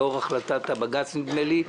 לאור החלטת הבג"ץ נדמה לי,